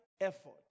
effort